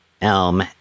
Elm